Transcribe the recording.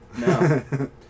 no